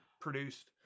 produced